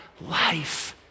life